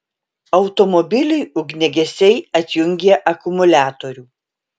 automobiliui ugniagesiai atjungė akumuliatorių